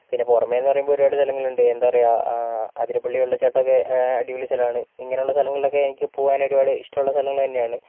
പിന്നെ പുറമേന്ന് പറയുമ്പോൾ ഒരുപാട് സ്ഥലങ്ങളുണ്ട് എന്താ പറയാ അതിരപ്പിള്ളി വെള്ളച്ചാട്ടം ഒക്കെ അടിപൊളി സ്ഥലമാണ് ഇങ്ങനെയുള്ള സ്ഥലങ്ങളിലൊക്കെ എനിക്ക് പോകാൻ ഒരുപാട് ഇഷ്ട്ടമുള്ള സ്ഥലങ്ങൾ തന്നെയാണ്